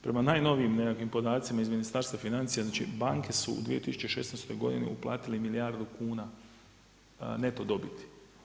Prema najnovijim nekakvim podacima iz Ministarstva financija, znači banke su u 2016. godini uplatili milijardu kuna neto dobiti.